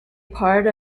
part